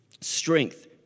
Strength